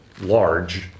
large